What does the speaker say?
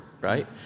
right